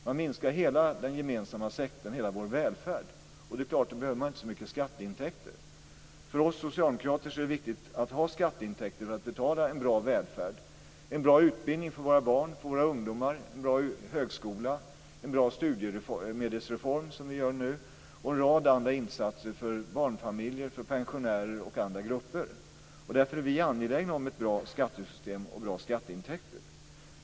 Man minskar hela den gemensamma sektorn, hela vår välfärd. Det är klart att då behöver man inte så mycket skatteintäkter. För oss socialdemokrater är det viktigt att ha skatteintäkter för att betala en bra välfärd, en bra utbildning för våra barn och våra ungdomar, en bra högskola, en bra studiemedelsreform, som vi genomför nu, och en rad andra insatser för barnfamiljer, pensionärer och andra grupper. Därför är vi angelägna om ett bra skattesystem och bra skatteintäkter.